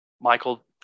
Michael